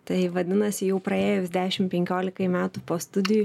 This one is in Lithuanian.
tai vadinasi jau praėjus dešim penkiolikai metų po studijų